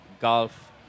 golf